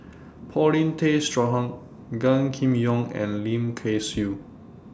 Paulin Tay Straughan Gan Kim Yong and Lim Kay Siu